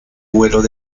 vuelos